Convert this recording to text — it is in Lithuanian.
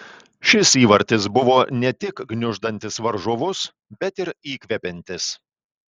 šis įvartis buvo ne tik gniuždantis varžovus bet ir įkvepiantis